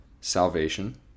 salvation